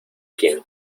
quién